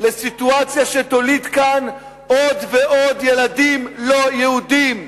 לסיטואציה שתוליד כאן עוד ועוד ילדים לא יהודים.